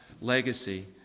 legacy